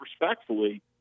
respectfully